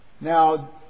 Now